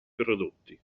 prodotti